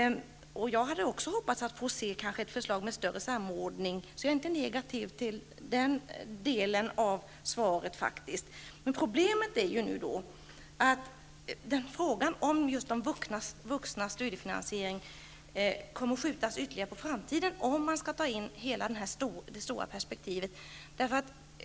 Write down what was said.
Jag hade också hoppats att få se ett förslag om större samordning, så jag var faktiskt inte negativ till den delen av svaret. Men problemet är att frågan om just de vuxnas studiefinansiering kommer att skjutas ytterligare på framtiden om man skall ta in hela det stora perspektivet.